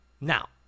now